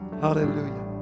Hallelujah